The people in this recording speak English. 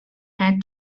had